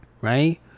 right